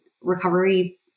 recovery